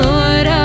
Lord